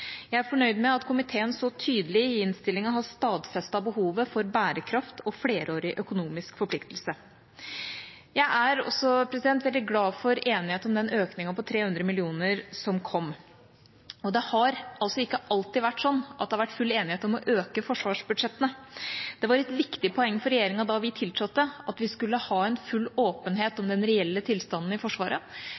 Jeg er fornøyd med at komiteen så tydelig i innstillinga har stadfestet behovet for bærekraft og flerårig økonomisk forpliktelse. Jeg er også veldig glad for enighet om den økningen på 300 mill. kr som kom. Det har ikke alltid vært sånn at det har vært full enighet om å øke forsvarsbudsjettene. Det var et viktig poeng for regjeringa da vi tiltrådte, at vi skulle ha en full åpenhet om den reelle tilstanden i Forsvaret,